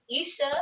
Isha